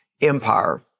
empire